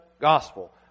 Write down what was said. gospel